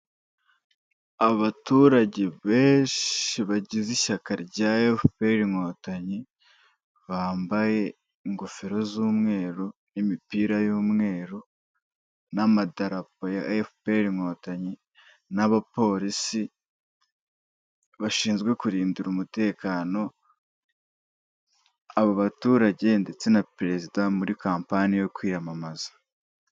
Abaturage benshi bagize ishyaka rya FPR inkotanyi, bambaye ingofero z'umweru, n'imipir y'umweru n'amadapo ya FPR inkotanyi, n'abapolisi bashinzwe kurindira umutekano abaturage ndetse na Perezida muri kampani yo kwiyamamaza.